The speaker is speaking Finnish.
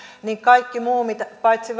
niin kaikista muista paitsi